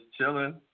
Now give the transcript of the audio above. chilling